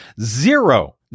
Zero